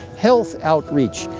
health outreach,